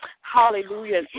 Hallelujah